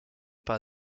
par